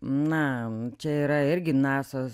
na čia yra irgi nasos